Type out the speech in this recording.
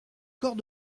corps